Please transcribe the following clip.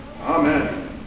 Amen